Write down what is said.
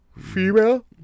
female